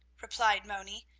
replied moni,